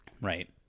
Right